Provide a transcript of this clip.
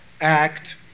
act